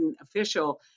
official